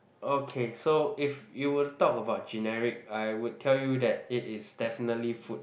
okay so if you were to talk about generic I will tell you that it is definitely food